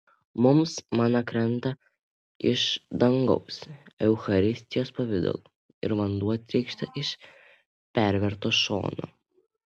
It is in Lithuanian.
mums mana krenta iš dangaus eucharistijos pavidalu ir vanduo trykšta iš perverto šono